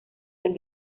del